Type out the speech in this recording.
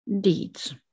deeds